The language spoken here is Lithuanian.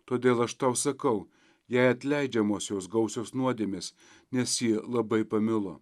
todėl aš tau sakau jai atleidžiamos jos gausios nuodėmės nes ji labai pamilo